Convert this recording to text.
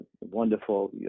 wonderful